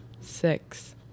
six